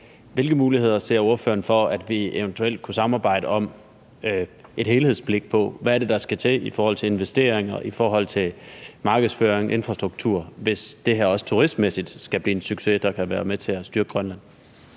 Hvilke muligheder ser ordføreren for, at vi eventuelt kunne samarbejde om at få et helhedsblik på, hvad der skal til i forhold til investeringer, markedsføring og infrastruktur, hvis det her også turismemæssigt skal blive succes, der kan være med til at styrke Grønland?